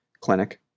clinic